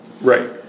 Right